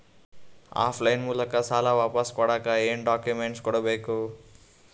Of line ಮೂಲಕ ಸಾಲ ವಾಪಸ್ ಕೊಡಕ್ ಏನು ಡಾಕ್ಯೂಮೆಂಟ್ಸ್ ಕೊಡಬೇಕು?